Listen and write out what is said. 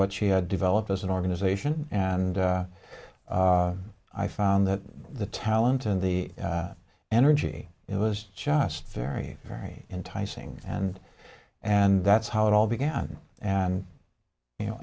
what she had developed as an organization and i found that the talent and the energy it was just very very enticing and and that's how it all began and you know